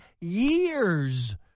years